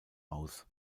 aus